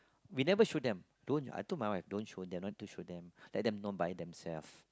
we never show them don't I told my wife don't show them don't need show them let them know by themself